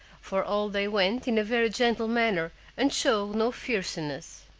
for all they went in a very gentle manner and showed no fierceness.